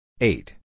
Eight